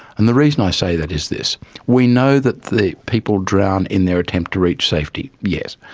and the reason i say that is this we know that the people drown in their attempt to reach safety, yes,